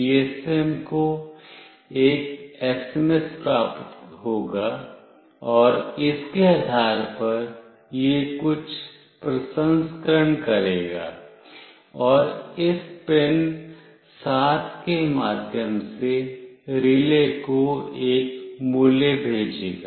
GSM को एक SMS प्राप्त होगा और इसके आधार पर यह कुछ प्रसंस्करण करेगा और इस पिन 7 के माध्यम से रिले को एक मूल्य भेजेगा